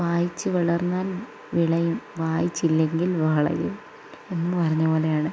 വായിച്ച് വളർന്നാൽ വിളയും വായിച്ചില്ലെങ്കിൽ വളയും എന്ന് പറഞ്ഞത് പോലെയാണ്